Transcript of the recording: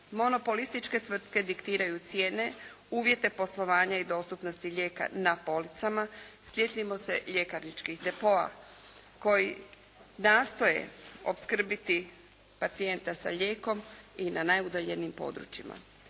Monopolističke tvrtke diktiraju cijene, uvjete poslovanja i dostupnosti lijeka na policama. Sjetimo se ljekarničkih depoa koji nastoje opskrbiti pacijenta sa lijekom i na najudaljenijim područjima.